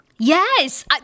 Yes